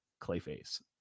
Clayface